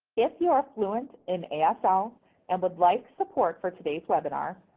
if you are fluent in asl and would like support for today's webinar,